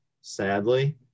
Sadly